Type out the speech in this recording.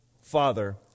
father